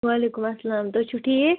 وعلیکُم اَلسلام تُہۍ چھُو ٹھیٖک